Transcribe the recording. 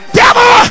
devil